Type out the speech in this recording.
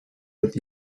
with